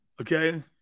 Okay